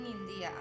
India